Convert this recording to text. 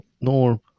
Norm